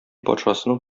патшасының